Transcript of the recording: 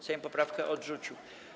Sejm poprawkę odrzucił.